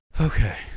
okay